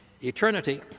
Eternity